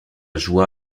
joie